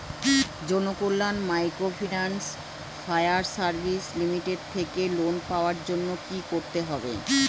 Janakalyan microfinance fire service limited থেকে loan পাওয়ার জন্য কি করতে হবে?